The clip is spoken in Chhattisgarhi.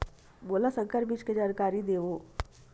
मोला संकर बीज के जानकारी देवो?